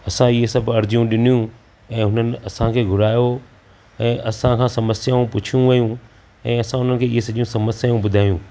असां इहे सभु अर्ज़ियूं ॾिनियूं ऐं हुननि असां खे घुरायो ऐं असां खां समस्याऊं पुछियूं वयूं ऐं असां हुन खे इहे सॼियूं समस्याऊं ॿुधायूं